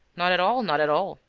not at all, not at all,